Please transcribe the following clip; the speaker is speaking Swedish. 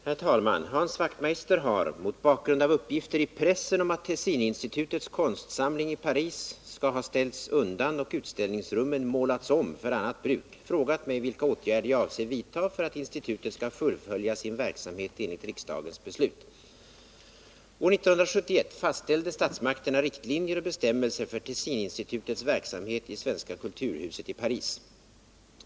Herr talman! Hans Wachtmeister har — mot bakgrund av uppgifter i pressen om att Tessininstitutets konstsamling i Paris skall ha ställts undan och utställningsrummen målats om för annat bruk — frågat mig vilka åtgärder jag avser vidta för att institutet skall kunna fullfölja sin verksamhet enligt riksdagens beslut. År 1971 fastställde statsmakterna riktlinjer och bestämmelser för Tessininstitutets verksamhet i Svenska kulturhuset i Paris.